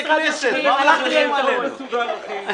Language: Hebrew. תחבורה ציבורית,